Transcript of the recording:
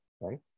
right